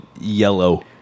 yellow